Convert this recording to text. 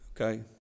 okay